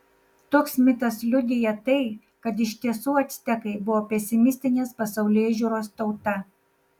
toks mitas liudija tai kad iš tiesų actekai buvo pesimistinės pasaulėžiūros tauta